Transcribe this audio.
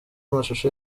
amashusho